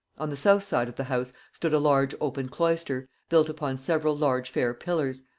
on the south side of the house stood a large open cloister, built upon several large fair pillars,